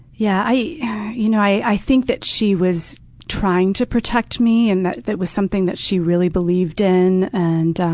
yeah, i you know i think that she was trying to protect me, and that that was something that she really believed in. and